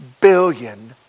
billion